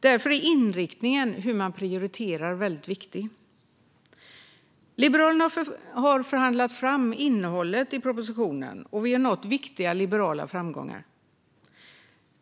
Därför är inriktningen för hur man prioriterar viktig. Liberalerna har förhandlat fram innehållet i propositionen, och vi har nått viktiga liberala framgångar.